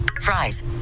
Fries